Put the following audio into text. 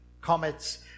comets